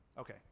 Okay